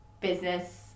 business